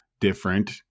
different